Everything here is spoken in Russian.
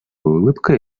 улыбкой